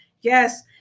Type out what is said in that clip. Yes